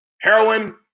Heroin